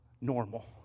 Normal